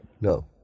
No